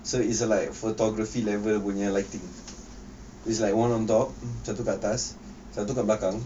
so is like photography level punya lighting is like one on top satu dekat atas satu dekat belakang